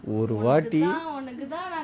ஒரு வாடி:oru vaati